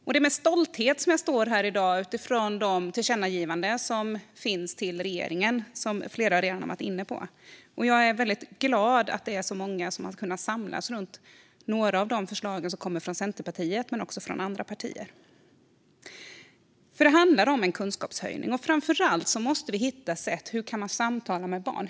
Det är med stolthet jag står här i dag med tanke på de tillkännagivanden till regeringen som föreslås, vilka flera redan har varit inne på. Jag är väldigt glad att så många har kunnat samlas runt några av de förslag som kommer från Centerpartiet men också runt förslag från andra partier. Det handlar om en kunskapshöjning. Framför allt måste vi hitta sätt att samtala med barn.